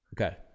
Okay